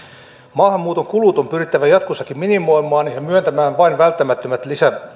maahanmuuton kulut on pyrittävä jatkossakin minimoimaan ja myöntämään vain välttämättömät